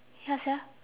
ya sia